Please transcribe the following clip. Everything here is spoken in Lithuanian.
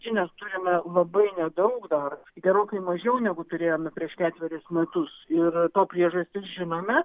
žinios turime labai nedaug dar gerokai mažiau negu turėjome prieš ketverius metus ir to priežastis žinome